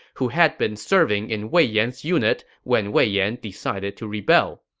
who had been serving in wei yan's unit when wei yan decided to rebel.